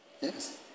Yes